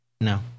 no